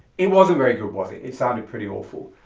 it wasn't very good was it, it sounded pretty awful.